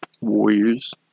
Warriors